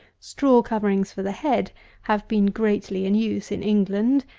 straw coverings for the head have been greatly in use in england,